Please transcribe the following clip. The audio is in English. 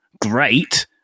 great